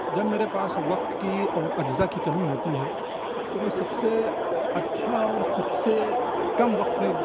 جب میرے پاس وقت کی اور اجزاء کی کمی ہوتی ہے تو میں سب سے اچھا اور سب سے کم وقت میں